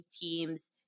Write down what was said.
team's